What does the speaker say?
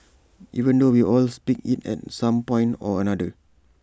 even though we all speak IT at some point or another